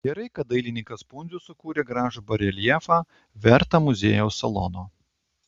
gerai kad dailininkas pundzius sukūrė gražų bareljefą vertą muziejaus salono